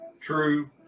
true